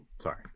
sorry